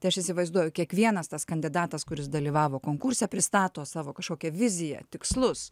tai aš įsivaizduoju kiekvienas tas kandidatas kuris dalyvavo konkurse pristato savo kažkokią viziją tikslus